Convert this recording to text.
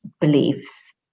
beliefs